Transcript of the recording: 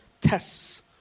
tests